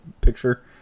picture